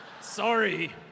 sorry